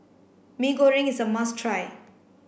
Mee Goreng is a must try